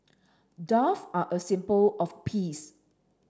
dove are a symbol of peace